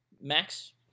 Max